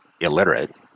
illiterate